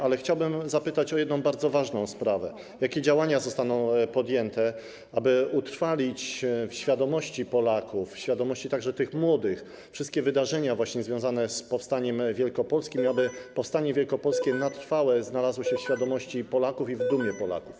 Ale chciałbym zapytać o jedną bardzo ważną sprawę: Jakie działania zostaną podjęte, aby utrwalić w świadomości Polaków, w świadomości także tych młodych, wszystkie wydarzenia związane z powstaniem wielkopolskim, aby powstanie wielkopolskie na trwałe znalazło się w świadomości Polaków i było przedmiotem dumy Polaków?